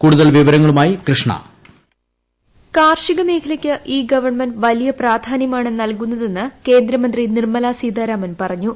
കൂടുതൽ വിവരങ്ങളുമായി കൃഷ്ണു വോയിസ് കാർഷിക മേഖലയ്ക്ക് ഇൌ ഗവൺമെന്റ് വലിയ പ്രാധാനൃമാണ് നൽകുന്നതെന്ന് കേന്ദ്രമന്ത്രി നിർമ്മലാ സീതാരാമൻ പറഞ്ഞു